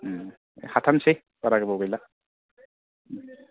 हाथारसै बारा गोबाव गैला